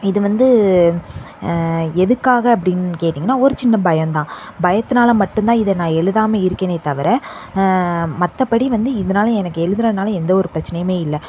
இது வந்து எதுக்காக அப்படின்னு கேட்டீங்கன்னா ஒரு சின்ன பயம்தான் பயத்தினால மட்டும்தான் இத நான் எழுதாமல் இருக்கேனே தவிர மற்றப்படி வந்து இதனால எனக்கு எழுதுறதனால எந்த ஒரு பிரச்சனையும் இல்லை